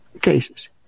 cases